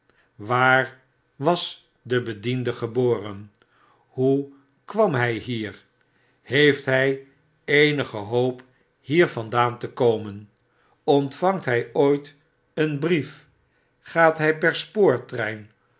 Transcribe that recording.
waar was de bediende geboren hoe kwam hy hier heeft hy eenige hoop hier vandaan te komen ontvangt hij ooit een brief gaat hij per